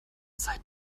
zeit